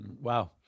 Wow